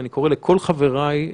ואני קורא לכל חבריי,